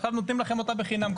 עכשיו נותנים לכם אותה בחינם.